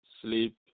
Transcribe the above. Sleep